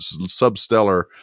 substellar